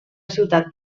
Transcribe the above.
ciutat